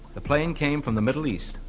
the plane came from the middle east,